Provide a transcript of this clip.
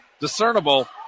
discernible